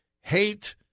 hate